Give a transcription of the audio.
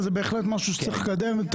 אבל זה בהחלט נושא שצריך לקדם.